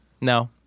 No